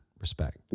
respect